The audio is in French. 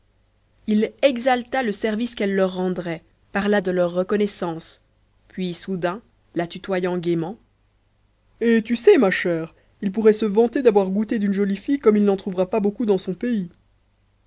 il exalta le service qu'elle leur rendrait parla de leur reconnaissance puis soudain la tutoyant gaiement et tu sais ma chère il pourrait se vanter d'avoir goûté d'une jolie fille comme il n'en trouvera pas beaucoup dans son pays